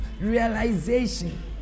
realization